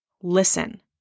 listen